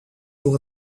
door